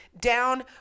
down